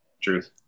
Truth